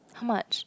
how much